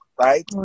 right